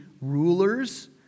rulers